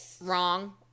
wrong